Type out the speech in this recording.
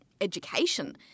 education